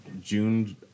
June